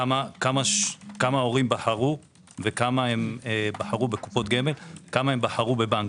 כמה הורים בחרו בקופות גמל וכמה בבנקים,